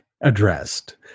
addressed